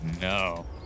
no